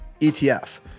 ETF